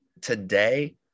today